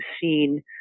seen